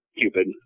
Cupid